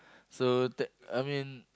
so that I mean